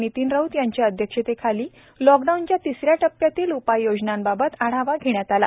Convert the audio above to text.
नितीन राऊत यांच्या अध्यक्षतेखाली लॉकडाउनच्या तिसऱ्या टप्प्यातील उपाययोजनांबाबत आढावा घेण्यात आला